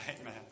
Amen